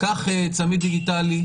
קח צמיד דיגיטלי,